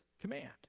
command